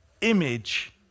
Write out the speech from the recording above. image